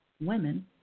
women